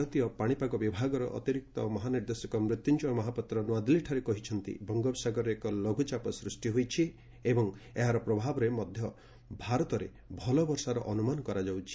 ଭାରତୀୟ ପାଣିପାଗ ବିଭାଗର ଅତିରିକ୍ତ ମହାନିର୍ଦ୍ଦେଶକ ମୃତ୍ୟୁଞ୍ଜୟ ମହାପାତ୍ର ନୂଆଦିଲ୍ଲୀଠାରେ କହିଛନ୍ତି ବଙ୍ଗୋପସାଗରରେ ଏକ ଲଘୁଚାପ ସୃଷ୍ଟି ହୋଇଛି ଏବଂ ଏହାର ପ୍ରଭାବରେ ମଧ୍ୟ ଭାରତରେ ଭଲ ବର୍ଷାର ଅନୁମାନ କରାଯାଉଛି